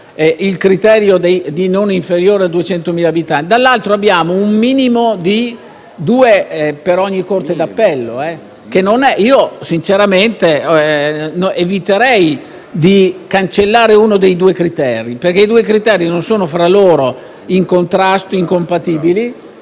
il criterio del «non inferiore a 200.000 abitanti»; dall'altro, il criterio minimo dei due tribunali per ogni Corte d'appello. Io sinceramente eviterei di cancellare uno dei due criteri, perché non sono tra loro in contrasto e incompatibili.